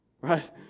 right